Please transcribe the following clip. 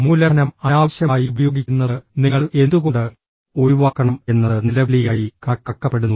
മൂലധനം അനാവശ്യമായി ഉപയോഗിക്കുന്നത് നിങ്ങൾ എന്തുകൊണ്ട് ഒഴിവാക്കണം എന്നത് നിലവിളിയായി കണക്കാക്കപ്പെടുന്നു